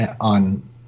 on